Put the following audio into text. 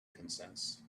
consents